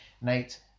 Nate